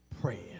praying